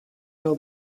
nur